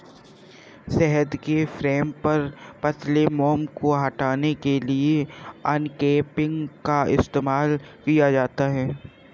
शहद के फ्रेम पर पतले मोम को हटाने के लिए अनकैपिंग का इस्तेमाल किया जाता है